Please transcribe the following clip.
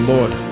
Lord